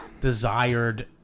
desired